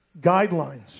Guidelines